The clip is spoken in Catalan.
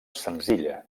senzilla